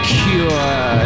cure